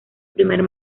primer